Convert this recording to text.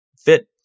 fit